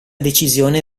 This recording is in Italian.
decisione